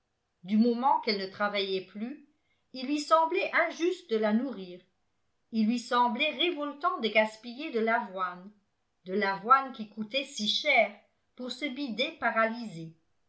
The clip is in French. du moment qu'elle ne travaillait plus il lui semblait injuste de la nourrir il lui semblait révoltant de gaspiller de l'avoine de l'avoine qui coûtait si cher pour ce bidet paralysé